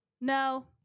No